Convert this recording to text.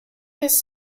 his